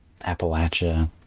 Appalachia